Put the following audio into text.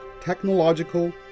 technological